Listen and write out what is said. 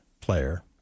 player